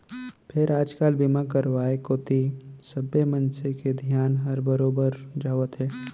फेर आज काल बीमा करवाय कोती सबे मनसे के धियान हर बरोबर जावत हे